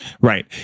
Right